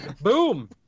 boom